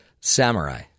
samurai